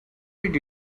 did